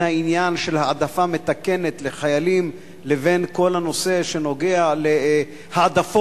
העניין של העדפה מתקנת לחיילים לבין כל הנושא שנוגע להעדפות